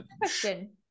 Question